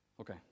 Okay